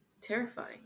terrifying